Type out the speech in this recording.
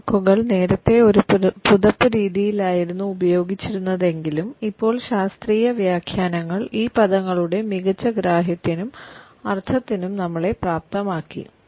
ഈ വാക്കുകൾ നേരത്തെ ഒരു പുതപ്പ് രീതിയിലായിരുന്നു ഉപയോഗിച്ചിരുന്നതെങ്കിലും ഇപ്പോൾ ശാസ്ത്രീയ വ്യാഖ്യാനങ്ങൾ ഈ പദങ്ങളുടെ മികച്ച ഗ്രാഹ്യത്തിനും അർത്ഥത്തിനും നമ്മളെ പ്രാപ്തമാക്കി